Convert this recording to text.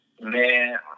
Man